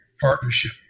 partnership